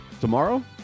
tomorrow